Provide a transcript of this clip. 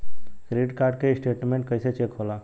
Credit card के statement कइसे check होला?